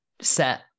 set